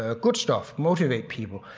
ah good stuff, motivate people.